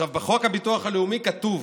בחוק הביטוח הלאומי כתוב